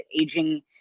aging